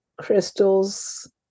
crystals